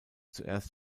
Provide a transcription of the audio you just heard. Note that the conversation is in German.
zuerst